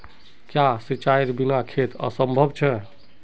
क्याँ सिंचाईर बिना खेत असंभव छै?